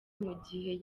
mugihe